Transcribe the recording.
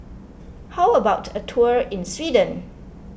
how about a tour in Sweden